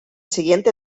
siguiente